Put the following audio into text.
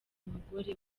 umugore